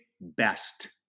best